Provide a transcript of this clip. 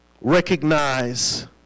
Recognize